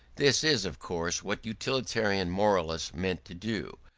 this is, of course, what utilitarian moralists meant to do,